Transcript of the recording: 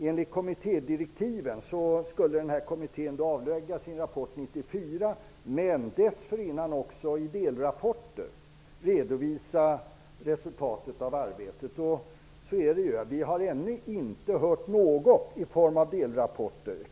Enligt kommittédirektiven skulle kommittén avlägga sin rapport 1994, men dessförinnan skulle den i delrapporter redovisa resultatet av arbetet. Vi har ännu inte sett till några delrapporter.